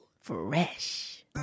fresh